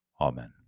Amen